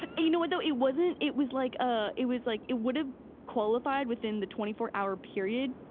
ah you know what though, it wasn't, it was like ah it was like, it would've qualified within the twenty four hour period,